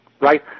right